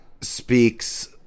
speaks